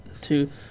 Two